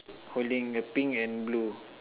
holding a pink and blue